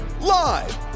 live